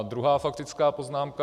Druhá faktická poznámka.